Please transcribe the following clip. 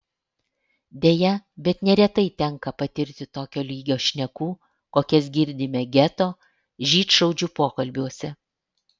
deja bet neretai tenka patirti tokio lygio šnekų kokias girdime geto žydšaudžių pokalbiuose